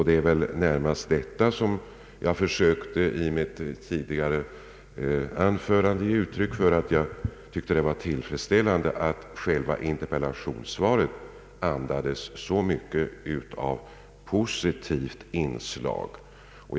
Det var närmast denna tanke som jag i mitt tidigare anförande försökte ge uttryck åt, eftersom jag fann det tillfredsställande att själva interpellationssvaret andades så mycket av en positiv inställning.